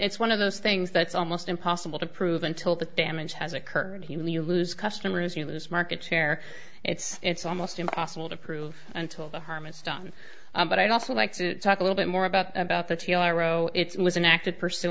it's one of those things that's almost impossible to prove until the damage has occurred human you lose customers you lose market share it's it's almost impossible to prove until the harm is done but i'd also like to talk a little bit more about about the t r o it was an act